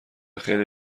خیلی